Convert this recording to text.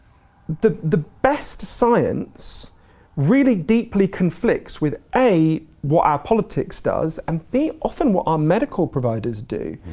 the the best science really deeply conflicts with, a, what our politics does, and b, often what our medical providers do,